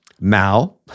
Mao